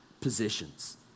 positions